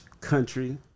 country